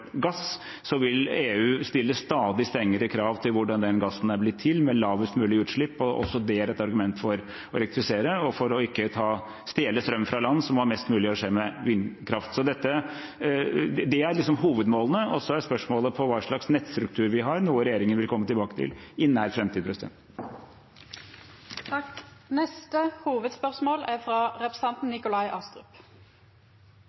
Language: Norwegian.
vil være et marked for gass, vil EU stille stadig strengere krav til hvordan den gassen er blitt til, med lavest mulig utslipp, og også det er et argument for å elektrifisere og ikke stjele strøm fra land som har mest mulig energi med vindkraft. Det er liksom hovedmålene, og så er spørsmålet om hva slags nettstruktur vi har, noe regjeringen vil komme tilbake til i nær framtid. Neste hovudspørsmål er frå representanten